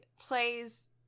plays